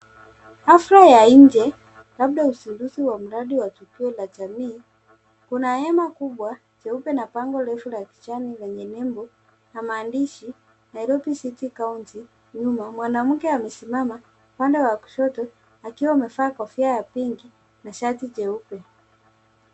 Hafla ya nje labda uzinduzi wa mradi wa kituo la jamii. Kuna hema kubwa jeupe na bango refu la kijani lenye nembo na maandishi Nairobi City Council. Mwanamke amesimama upande kushoto akiwa amevaa kofia ya pinki na shati jeupe.